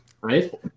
right